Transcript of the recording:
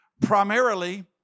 primarily